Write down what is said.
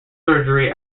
surgery